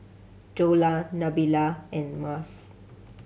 Dollah Nabila and Mas